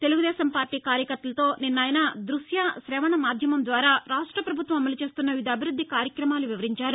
Telugu Desam party కార్యకర్తలతో నిన్న ఆయన దృశ్య శవణ మాధ్యమం ద్వారా రాష్ట్రపభుత్వం అమలు చేస్తున్న వివిధ అభివృద్ది కార్యక్రమాలు వివరించారు